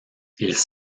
ils